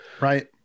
Right